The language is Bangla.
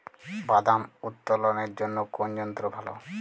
বাদাম উত্তোলনের জন্য কোন যন্ত্র ভালো?